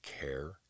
care